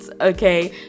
okay